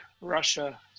Russia